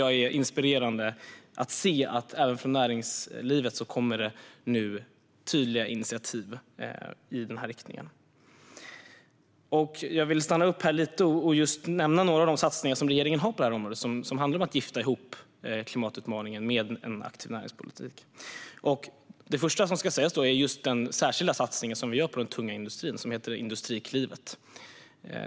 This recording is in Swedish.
Det är inspirerande att se att det nu även från näringslivet kommer tydliga initiativ i denna riktning. Jag vill stanna upp lite här och nämna några av de satsningar som regeringen har gjort på detta område, som handlar om att gifta ihop klimatutmaningen med en aktiv näringspolitik. Det första som ska nämnas är den särskilda satsning vi gör på den tunga industrin, Industriklivet.